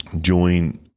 join